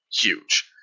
huge